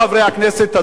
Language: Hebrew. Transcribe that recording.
הדרוזים בעיקר,